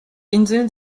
inseln